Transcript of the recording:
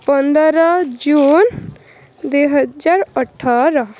ପନ୍ଦର ଜୁନ୍ ଦୁଇ ହଜାର ଅଠର